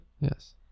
Yes